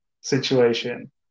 situation